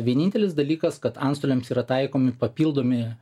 vienintelis dalykas kad antstoliams yra taikomi papildomi